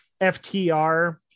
FTR